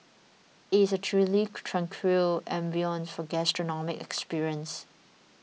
it is a truly tranquil ambience for gastronomic experience